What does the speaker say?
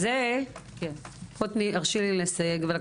זה מעבר לבינתי להבין למה אנשים לא